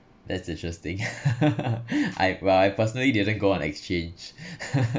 that's interesting I well I personally didn't go on exchange